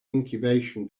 incubation